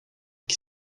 qui